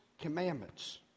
commandments